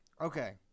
Okay